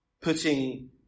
putting